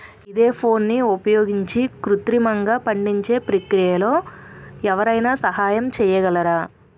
ఈథెఫోన్ని ఉపయోగించి కృత్రిమంగా పండించే ప్రక్రియలో ఎవరైనా సహాయం చేయగలరా?